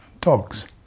dogs